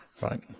Right